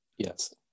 Yes